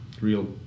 real